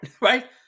right